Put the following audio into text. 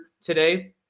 today